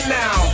now